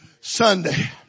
Sunday